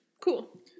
Cool